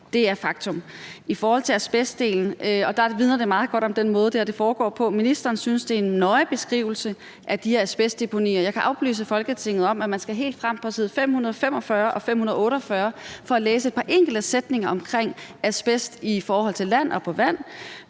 Det er faktum. I forhold til asbestdelen vidner det meget godt om den måde, det her foregår på. Ministeren synes, det er en nøje beskrivelse af de her asbestdeponier. Jeg kan oplyse Folketinget om, at man skal helt frem på side 545 og 548 for at læse et par enkelte sætninger om asbest i forhold til et land og på vand.